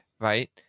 right